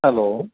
hello